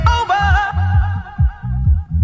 over